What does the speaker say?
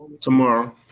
tomorrow